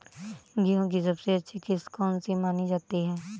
गेहूँ की सबसे अच्छी किश्त कौन सी मानी जाती है?